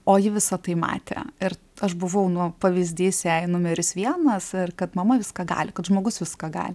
o ji visa tai matė ir aš buvau nu pavyzdys jai numeris vienas ir kad mama viską gali kad žmogus viską gali